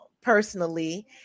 personally